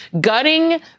gutting